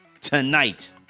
tonight